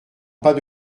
pas